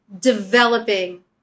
developing